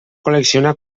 col·lecciona